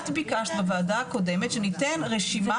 את ביקשת בוועדה הקודמת שניתן רשימה